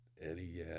Eddie